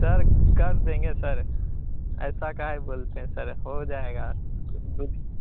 sir कर देंगे sir ऐसा काहे बोलते हैं सर हो जाएगा दो दिन